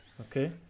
Okay